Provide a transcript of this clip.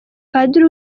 padiri